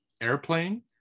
Airplane